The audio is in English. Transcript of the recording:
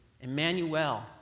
Emmanuel